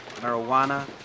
Marijuana